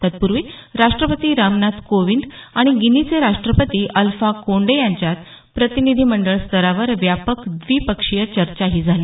तत्पूर्वी राष्ट्रपती रामनाथ कोविंद आणि गिनीचे राष्ट्रपती अल्फा कोंडे यांच्यात प्रतिनिधीमंडळ स्तरावर व्यापक द्विपक्षीय चर्चाही झाली